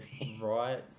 right